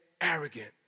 arrogant